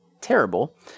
terrible